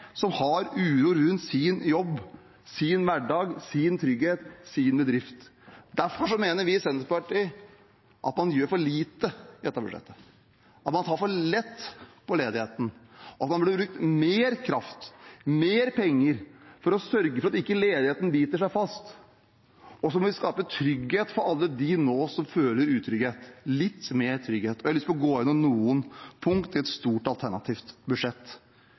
som har uro rundt sin jobb, sin hverdag, sin trygghet og sin bedrift. Derfor mener vi i Senterpartiet at man gjør for lite i dette budsjettet, at man tar for lett på ledigheten, og at man burde brukt mer kraft, mer penger, for å sørge for at ledigheten ikke biter seg fast. Og så må vi skape trygghet for alle dem som nå føler utrygghet – litt mer trygghet. Jeg har lyst til å gå igjennom noen punkter i et stort alternativt budsjett.